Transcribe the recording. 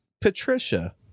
Patricia